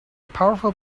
powerful